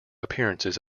appearances